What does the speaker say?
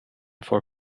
for